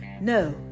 No